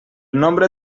nombre